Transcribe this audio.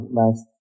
last